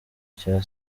cya